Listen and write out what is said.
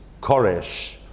Koresh